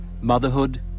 Motherhood